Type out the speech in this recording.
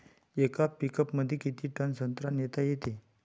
येका पिकअपमंदी किती टन संत्रा नेता येते?